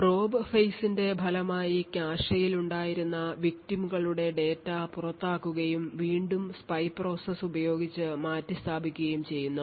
Probe phase ന്റെ ഫലമായി കാഷെയിൽ ഉണ്ടായിരുന്ന victim കളുടെ ഡാറ്റ പുറത്താക്കുകയും വീണ്ടും സ്പൈ പ്രോസസ് ഉപയോഗിച്ച് മാറ്റിസ്ഥാപിക്കുകയും ചെയ്യുന്നു